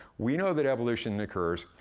we know that evolution occurs,